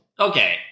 Okay